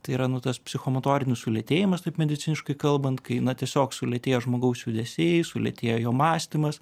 tai yra nu tas psichomotorinis sulėtėjimas taip mediciniškai kalbant kai na tiesiog sulėtėja žmogaus judesiai sulėtėja jo mąstymas